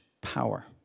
power